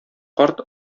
карт